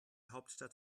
hauptstadt